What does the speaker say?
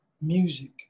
music